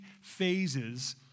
phases